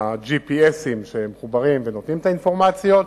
מערכות GPS שמחוברות ונותנות את האינפורמציה,